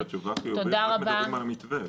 נדמה שהתשובה היא חיובית רק מדברים על המתווה,